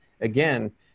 again